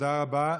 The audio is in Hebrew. תודה רבה.